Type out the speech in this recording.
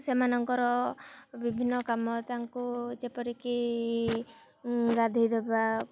ସେମାନଙ୍କର ବିଭିନ୍ନ କାମ ତାଙ୍କୁ ଯେପରିକି ଗାଧୋଇ ଦେବା